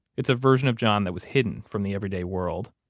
it's a version of john that was hidden from the everyday world,